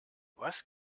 was